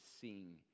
sing